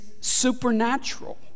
supernatural